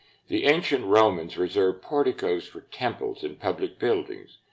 the ancient romans reserved porticos for temples and public buildings.